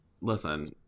Listen